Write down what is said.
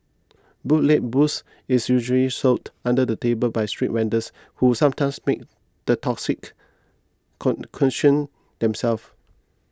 bootleg booze is usually sold under the table by street vendors who sometimes make the toxic concoction themselves